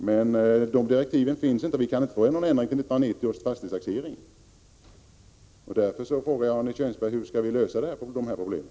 Men några direktiv i den riktningen finns inte, och vi kan inte få någon ändring till 1990 års fastighetstaxering. Därför frågar jag Arne Kjörnsberg: Hur skall vi lösa de här problemen?